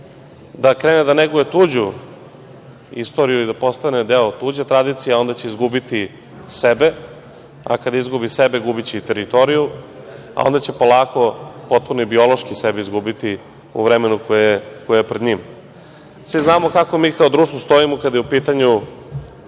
da krene da neguje tuđu istoriju i da postane deo tuđe tradicije, a onda će izgubiti sebe, a kad izgubi sebe, gubiće i teritoriju, a onda će polako potpuno i biološki sebe izgubiti u vremenu koje je pred njim. Svi znamo kako mi kao društvo stojimo kada je u pitanju